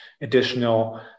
additional